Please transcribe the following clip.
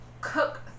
cook